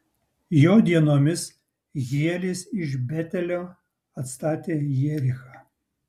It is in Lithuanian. jo dienomis hielis iš betelio atstatė jerichą